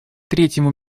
третьему